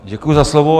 Děkuji za slovo.